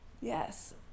Yes